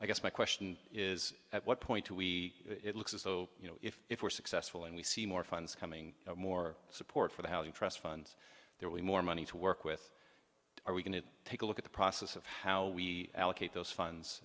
i guess my question is at what point to we it looks as though you know if we're successful and we see more funds coming more support for the housing trust funds there we more money to work with are we going to take a look at the process of how we allocate those funds